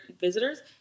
visitors